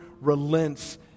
relents